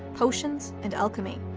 potions, and alchemy.